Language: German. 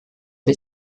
wir